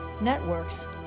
networks